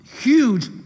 huge